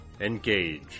Engage